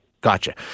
Gotcha